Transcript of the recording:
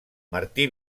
martí